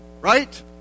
Right